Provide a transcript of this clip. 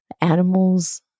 animals